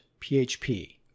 PHP